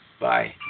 Bye